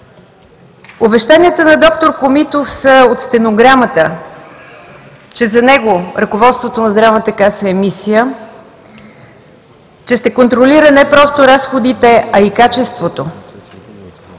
Обещанията на д-р Комитов са от стенограмата, че за него ръководството на Здравната каса е мисия, че ще контролира не просто разходите, а и качеството,